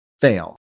fail